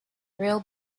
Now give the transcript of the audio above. real